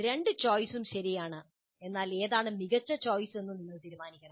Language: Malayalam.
രണ്ട് ചോയിസുകളും ശരിയാണ് എന്നാൽ ഏതാണ് മികച്ച ചോയ്സ് എന്ന് നിങ്ങൾ തീരുമാനിക്കണം